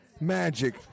magic